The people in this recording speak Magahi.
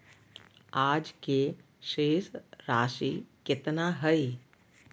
आज के शेष राशि केतना हइ?